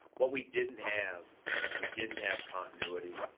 what we didn't have is we didn't have continuity.